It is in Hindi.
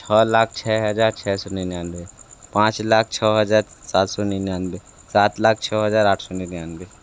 छः लाख छः हजार छः सौ निनानवे पाँच लाख छः हजार सात सौ निनानवे सात लाख छः हजार आठ सौ निनानवे